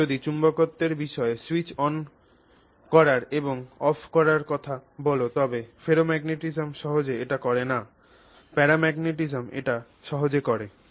তুমি যদি চুম্বকত্বের বিষয়ে স্যুইচ অন করার এবং স্যুইচ অফ করার কথা বল তবে ফেরোম্যাগনেটিজম সহজে এটি করে না প্যারাম্যাগনেটিজম এটি সহজেই করে